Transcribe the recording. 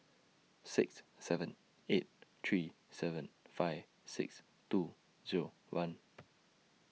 six seven eight three seven five six two Zero one